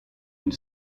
une